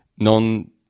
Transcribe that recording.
non